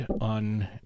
on